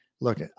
Look